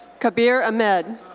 kabir ahmed.